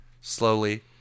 slowly